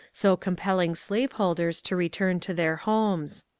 so compelling slaveholders to return to their homes.